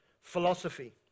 philosophy